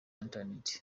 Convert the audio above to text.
internet